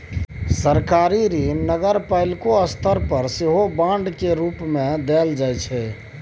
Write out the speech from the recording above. सरकारी ऋण नगरपालिको स्तर पर सेहो बांड केर रूप मे देल जाइ छै